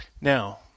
Now